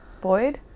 Boyd